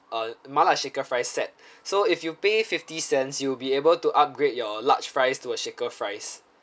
uh mala shaker fries set so if you pay fifty cents you will be able to upgrade your large fries to a shaker fries